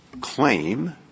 Claim